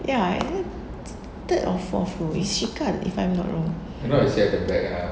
ya and third or fourth row is shika if I'm not wrong